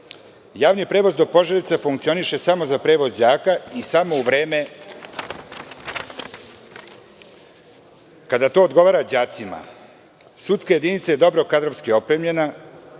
Javni prevoz do Požarevca funkcioniše samo za prevoz đaka i samo u vreme kada to odgovara đacima. Sudska jedinica je dobro kadrovski opremljena.